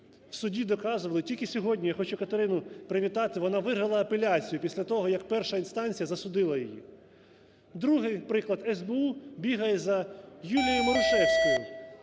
в суді доказували, тільки сьогодні, я хочу Катерину привітати, вона виграла апеляцію після того, як перша інстанція засудила її. Другий приклад. СБУ бігає за Юлією Марушевською,